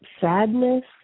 sadness